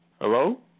Hello